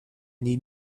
need